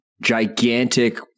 gigantic